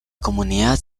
comunidad